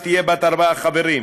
תהיה בת ארבעה חברים,